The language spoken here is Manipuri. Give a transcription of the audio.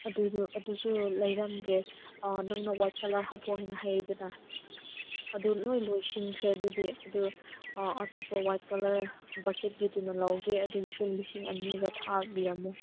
ꯑꯗꯨꯗꯨ ꯑꯗꯨꯁꯨ ꯂꯩꯔꯝꯗ꯭ꯔꯦ ꯅꯪꯅ ꯋꯥꯏꯠ ꯀꯂꯔ ꯍꯥꯞꯄꯣ ꯍꯥꯏꯅ ꯍꯥꯏꯗꯅ ꯑꯗꯨ ꯂꯣꯏ ꯂꯣꯏꯁꯤꯟꯈ꯭ꯔꯦ ꯑꯗꯨꯗꯤ ꯑꯗꯨ ꯑꯇꯣꯞꯄ ꯋꯥꯏꯠ ꯀꯂꯔ ꯕꯛꯀꯦꯠꯀꯤꯗꯨꯅ ꯂꯧꯒꯦ ꯑꯗꯨꯒꯤꯁꯨ ꯂꯤꯁꯤꯡ ꯑꯅꯤꯒ ꯊꯥꯕꯤꯔꯝꯃꯣ